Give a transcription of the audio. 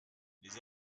les